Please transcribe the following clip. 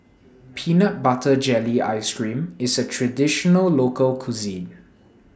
Peanut Butter Jelly Ice Cream IS A Traditional Local Cuisine